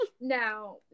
Now